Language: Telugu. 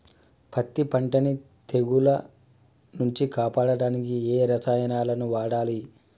పత్తి పంటని తెగుల నుంచి కాపాడడానికి ఏ రసాయనాలను వాడాలి?